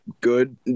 Good